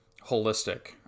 holistic